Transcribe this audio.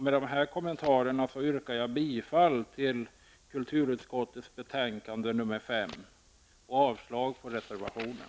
Med dessa kommentarer yrkar jag bifall till hemställan i kulturutskottets betänkande nr 5 och avslag på reservationen.